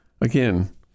again